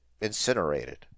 incinerated